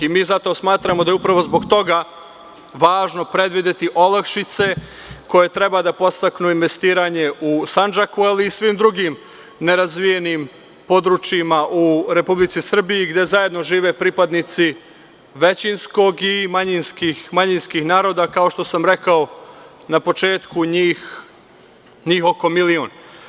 Mi zato smatramo da je upravo zbog toga važno predvideti olakšice koje treba da podstaknu investiranje u Sandžaku, ali i u svim drugim nerazvijenim područjima u Republici Srbiji gde zajedno žive pripadnici većinskog i manjinskih naroda, kao što sam rekao na početku, njih milion.